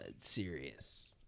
serious